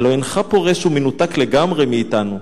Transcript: "הלוא אינך פורש ומנותק לגמרי מאתנו",